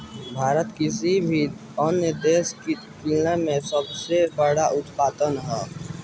भारत किसी भी अन्य देश की तुलना में केला के सबसे बड़ा उत्पादक ह